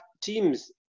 teams